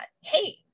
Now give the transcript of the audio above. hey